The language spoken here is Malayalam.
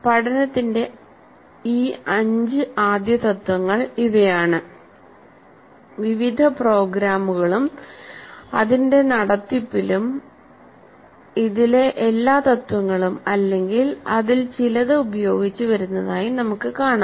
പഠനത്തിന്റെ ഈ അഞ്ച് ആദ്യ തത്ത്വങ്ങൾ ഇവയാണ് വിവിധ പ്രോഗ്രാമുകളുംഅതിന്റെ നടത്തിപ്പിലും ഇതിലെ എല്ലാ തത്വങ്ങളും അല്ലെങ്കിൽ അതിൽ ചിലത് ഉപയോഗിച്ച് വരുന്നതായി നമുക്ക് കാണാം